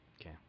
Okay